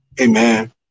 Amen